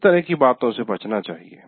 इस तरह की बातो से बचना चाहिए